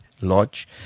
lodge